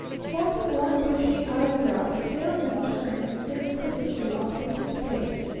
forking one bushy eyebrow, the salesman turned and stared quizzically off into space.